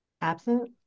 Absent